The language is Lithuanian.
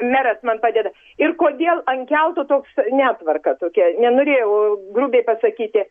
meras man padeda ir kodėl ant kelto toks netvarka tokia nenorėjau grubiai pasakyti